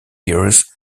years